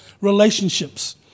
relationships